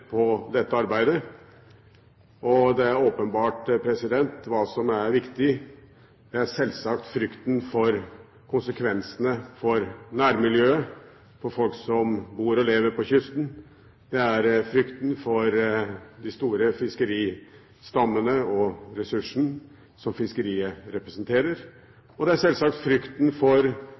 på dette arbeidet, og det er åpenbart hva som er viktig. Det er selvsagt frykten for konsekvensene for nærmiljøet, for folk som bor og lever på kysten, det er frykten for de store fiskeristammene og ressursen som fiskeriet representerer, og det er selvsagt frykten for